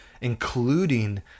including